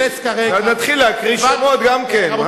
נתחיל להקריא שמות גם כן.